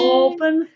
open